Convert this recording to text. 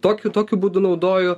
tokiu tokiu būdu naudoju